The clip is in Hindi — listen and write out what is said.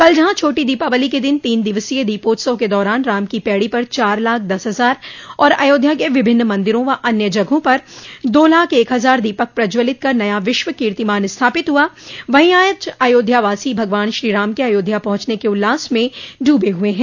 कल जहाँ छोटी दीपावली के दिन तीन दिवसीय दीपोत्सव के दौरान राम की पैडी पर चार लाख दस हजार और अयोध्या के विभिन्न मन्दिरों व अन्य जगहों पर दो लाख एक हजार दीपक प्रज्ज्वलित कर नया विश्व कीर्तिमान स्थापित हुआ वही आज अयोध्यावासी भगवान श्री राम के अयोध्या पहुंचने के उल्लास में डूबे हुए हैं